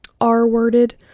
R-worded